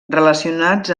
relacionats